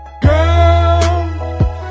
Girl